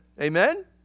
Amen